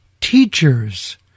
Teachers